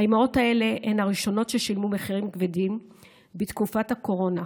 האימהות האלה הן הראשונות ששילמו מחירים כבדים בתקופת הקורונה.